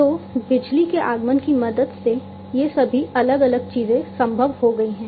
तो बिजली के आगमन की मदद से ये सभी अलग अलग चीजें संभव हो गई हैं